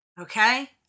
Okay